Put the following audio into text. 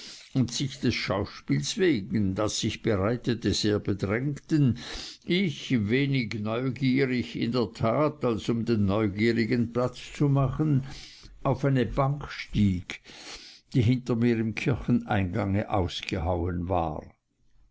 und sich des schauspiels wegen das sich bereitete sehr bedrängten ich weniger neugierig in der tat als um den neugierigen platz zu machen auf eine bank stieg die hinter mir im kircheneingange ausgehauen war